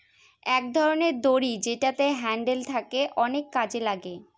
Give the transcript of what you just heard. এক ধরনের দড়ি যেটাতে হ্যান্ডেল থাকে অনেক কাজে লাগে